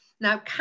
Now